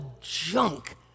junk